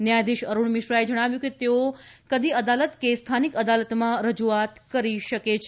ન્યાયાધીશ અરૂણ મિશ્રાએ જણાવ્યું કે તેઓ કદી અદાલત કે સ્થાનિક અદાલતમાં રજૂઆત કરી શકે છે